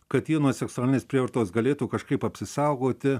kad jie nuo seksualinės prievartos galėtų kažkaip apsisaugoti